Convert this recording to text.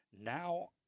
now